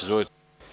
Izvolite.